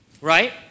right